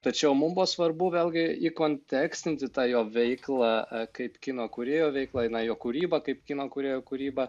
tačiau mum buvo svarbu vėlgi įkonteksinti tą jo veiklą kaip kino kūrėjo veiklą na jo kūrybą kaip kino kūrėjo kūrybą